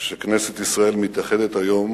שכנסת ישראל מתייחדת היום